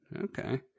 Okay